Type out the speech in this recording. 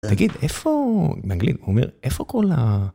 תגיד איפה, באנגלית הוא אומר, איפה כל ה...